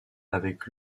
avec